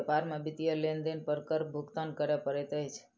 व्यापार में वित्तीय लेन देन पर कर भुगतान करअ पड़ैत अछि